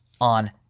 on